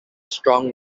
strung